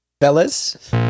Fellas